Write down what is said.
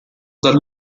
dal